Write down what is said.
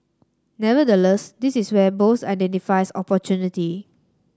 nevertheless this is where Bose identifies opportunity